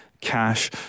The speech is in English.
cash